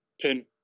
Pin